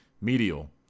Medial